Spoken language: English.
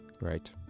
Right